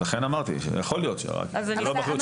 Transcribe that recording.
אני אשמח רק להשלים.